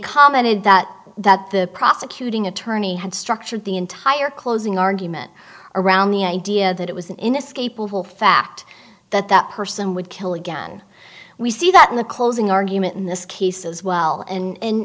commented that that the prosecuting attorney had structured the entire closing argument around the idea that it was an inescapable fact that that person would kill again we see that in the closing argument in this case as well and a